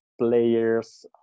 players